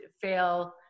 Fail